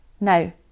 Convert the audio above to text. now